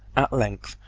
at length,